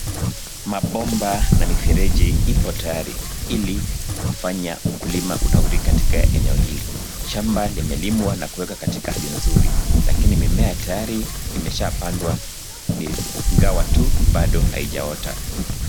Mabomba na mifereji ipo tayari ili kufanya ukulima unawiri katika eneo hili. Shamba limelimwa na kuwekwa katika hali nzuri lakini mimea tayari imeshapandwa ingawa tu bado haijaota.